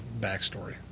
backstory